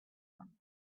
one